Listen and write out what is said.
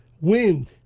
wind